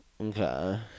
Okay